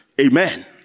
Amen